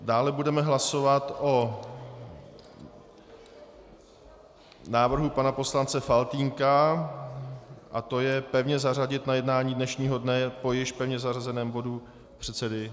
Dále budeme hlasovat o návrhu pana poslance Faltýnka, a to je pevně zařadit na jednání dnešního dne po již pevně zařazeném bodu předsedy...